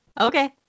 okay